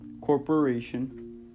Corporation